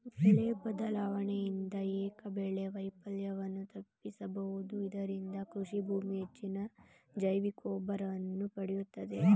ಬೆಳೆ ಬದಲಾವಣೆಯಿಂದ ಏಕಬೆಳೆ ವೈಫಲ್ಯವನ್ನು ತಪ್ಪಿಸಬೋದು ಇದರಿಂದ ಕೃಷಿಭೂಮಿ ಹೆಚ್ಚಿನ ಜೈವಿಕಗೊಬ್ಬರವನ್ನು ಪಡೆಯುತ್ತದೆ